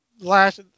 last